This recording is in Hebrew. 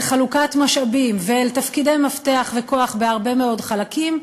אל חלוקת משאבים ואל תפקידי מפתח וכוח בהרבה מאוד חלקים,